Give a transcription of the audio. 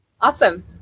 Awesome